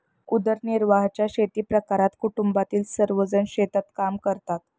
उदरनिर्वाहाच्या शेतीप्रकारात कुटुंबातील सर्वजण शेतात काम करतात